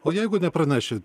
o jeigu nepraneši